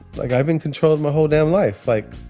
like i've been controlled my whole damn life. like,